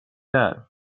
där